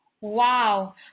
Wow